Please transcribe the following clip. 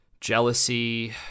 jealousy